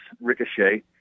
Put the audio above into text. Ricochet